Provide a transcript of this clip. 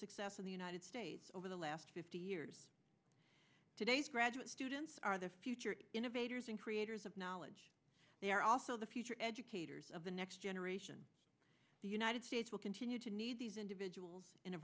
success of the united states over the last fifty years today's graduate students are the future in a waiters and creators of knowledge they are also the future educators of the next generation the united states will continue to need these individuals in a